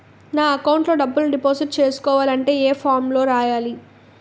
నా అకౌంట్ లో డబ్బులు డిపాజిట్ చేసుకోవాలంటే ఏ ఫామ్ లో రాయాలి?